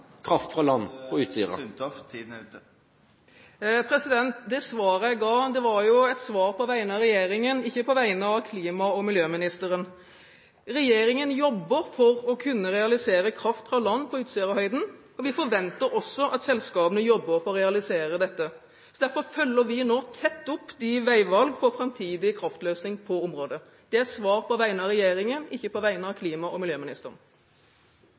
kraft fra land på Utsirahøyden? Det svaret jeg ga, var et svar på vegne av regjeringen, ikke på vegne av klima- og miljøministeren. Regjeringen jobber for å kunne realisere kraft fra land på Utsirahøyden, og vi forventer også at selskapene jobber for å realisere dette. Derfor følger vi nå tett opp veivalgene for framtidig kraftløsning på området. Det er et svar på vegne av regjeringen, ikke på vegne av klima- og miljøministeren.